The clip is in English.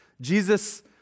Jesus